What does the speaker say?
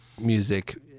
music